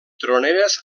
troneres